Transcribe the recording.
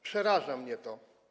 Przeraża mnie to.